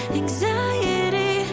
anxiety